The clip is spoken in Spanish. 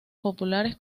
populares